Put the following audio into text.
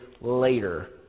later